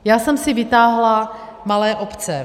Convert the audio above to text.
Já jsem si vytáhla malé obce.